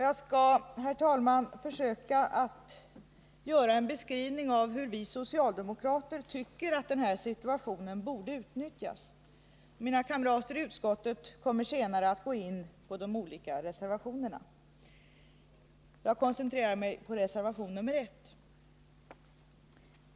Jag skall, herr talman, försöka att ge en beskrivning av hur vi socialdemokrater tycker att den här situationen borde utnyttjas. Mina kamrater i utskottet kommer senare att gå in på de olika reservationerna. Jag koncentrerar mig på reservation nr 1.